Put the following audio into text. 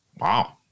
Wow